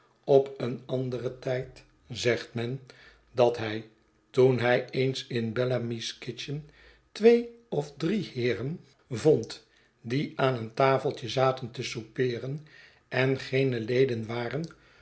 op een anderen tijd zegt men dat hij toen hij eens in bellamy's kitchen l twee of drie heeren vond die aan een tafeltje zaten te soupeeren en geene leden waren